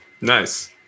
Nice